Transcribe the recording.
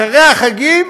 אחרי החגים